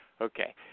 Okay